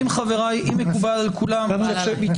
אם מקובל על כולם --- מקובל.